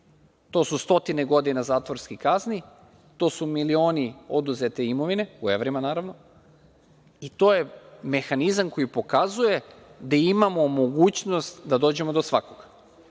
To su stotine godina zatvorskih kazni, to su milioni oduzete imovine, u evrima, naravno, i to je mehanizam koji pokazuje da imamo mogućnost da dođemo do svakoga,